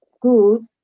good